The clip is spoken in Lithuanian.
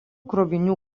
krovinių